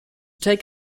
take